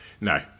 No